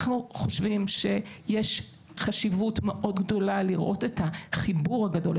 אנחנו חושבים שיש חשיבות מאוד גדולה לראות את החיבור הגדול,